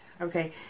okay